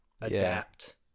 adapt